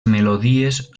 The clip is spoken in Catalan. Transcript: melodies